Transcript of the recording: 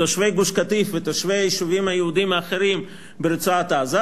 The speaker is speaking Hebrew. תושבי גוש-קטיף ותושבי היישובים היהודיים האחרים ברצועת-עזה,